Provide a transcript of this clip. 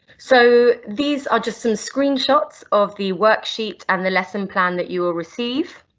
so these are just some screenshots of the worksheet and the lesson plan that you will receive.